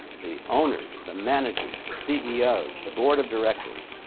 the owners, the managers, the ceos, the board of directors,